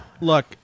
Look